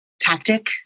tactic